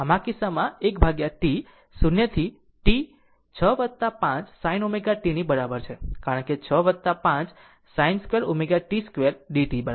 આમ આ કિસ્સામાં 1 ભાગ્યા T 0 થી T 6 5 sin ω t ની બરાબર છે કારણ કે 6 5 sin ω t2dt બરાબર છે